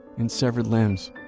and severed limbs.